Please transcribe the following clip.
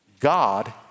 God